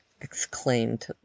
exclaimed